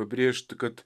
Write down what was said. pabrėžti kad